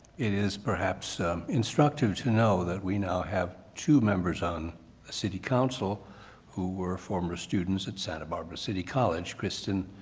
it is perhaps instructive to know that we now have two members on a city council who were former students at santa barbara city college, and kristen